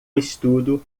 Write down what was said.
estudo